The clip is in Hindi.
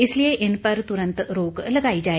इसलिए इन पर तुरंत रोक लगाई जाए